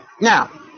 now